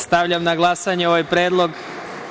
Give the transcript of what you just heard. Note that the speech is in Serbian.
Stavljam na glasanje ovaj predlog.